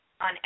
on